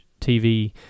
TV